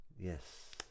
Yes